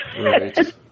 Right